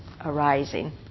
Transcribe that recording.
arising